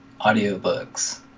audiobooks